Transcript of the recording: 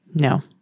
No